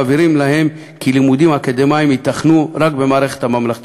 מבהירים להם כי לימודים אקדמיים ייתכנו רק במערכת הממלכתית.